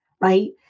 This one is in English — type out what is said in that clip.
right